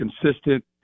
consistent